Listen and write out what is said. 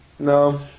No